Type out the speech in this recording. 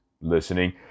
listening